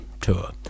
tour